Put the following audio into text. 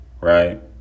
Right